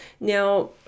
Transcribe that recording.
Now